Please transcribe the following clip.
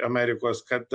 amerikos kad